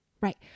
Right